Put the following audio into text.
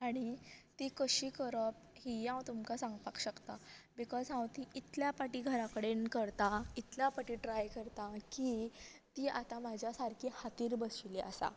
आनी ती कशी करप ही हांव तुमकां सांगपाक शकतां बिकॉज हांव ती इतल्या पाटी घरा कडेन करतां इतल्या पाटी ट्राय करता की ती आतां म्हाज्या सारकी हातीर बशिल्ली आसा